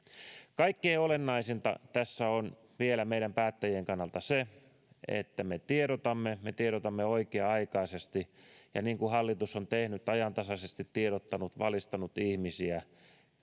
kaikkein olennaisinta tässä on vielä meidän päättäjien kannalta se että me tiedotamme ja me tiedotamme oikea aikaisesti niin kuin hallitus on tehnyt ajantasaisesti tiedottanut ja valistanut ihmisiä